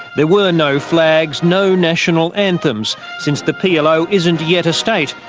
there were no flags, no national anthems, since the plo isn't yet a state.